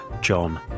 John